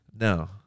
No